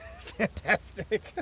fantastic